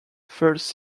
first